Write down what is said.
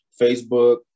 Facebook